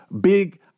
big